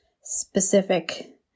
specific